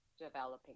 developing